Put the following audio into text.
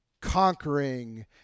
conquering